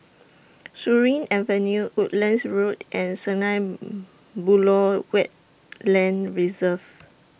Surin Avenue Woodlands Road and Sunlight Buloh Wetland Reserve